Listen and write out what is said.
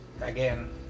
Again